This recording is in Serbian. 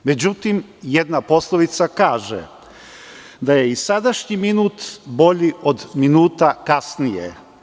Međutim, jedna poslovica kaže da je i sadašnji minut bolji od minuta kasnije.